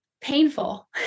painful